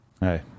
Hey